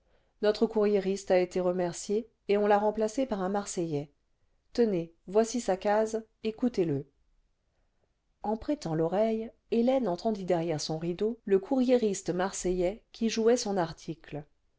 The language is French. notre courriériste a été remercié et on l'a remplacé par un marseillais tenez voici sa case écoutez-le les captives en prêtant l'oreille hélène entendit derrière son rideau le courriériste marseillais qui jouait son article